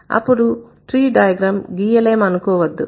అప్పుడు tree diagram గీయలేమనుకోవద్దు